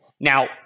Now